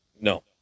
No